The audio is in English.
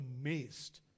amazed